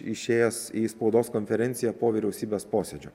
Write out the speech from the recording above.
išėjęs į spaudos konferenciją po vyriausybės posėdžio